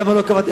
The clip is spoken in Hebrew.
למה לא קבעת.